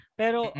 pero